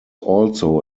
also